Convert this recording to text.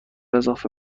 اضافه